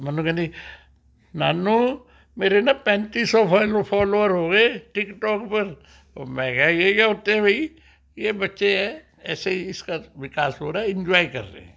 ਮੈਨੂੰ ਕਹਿੰਦੀ ਨਾਨੂੰ ਮੇਰੇ ਨਾ ਪੈਂਤੀ ਸੌ ਫੇਲੋ ਫੋਲੋਅਰ ਹੋ ਗਏ ਟਿਕਟੋਕ ਪਰ ਉਹ ਮੈਂ ਕਿਹਾ ਯੈਹ ਕਿਯਾ ਹੋਤੇ ਹੈ ਬਈ ਯੇ ਬੱਚੇ ਹੈ ਐਸੇ ਹੀ ਇਸਕਾ ਵਿਕਾਸ ਹੋ ਰਹਾ ਹੈ ਇੰਨਜੋਅਯੇ ਕਰ ਰਹੇ ਹੈ